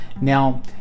now